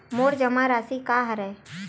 मोर जमा राशि का हरय?